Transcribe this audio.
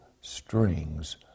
strings